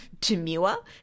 demure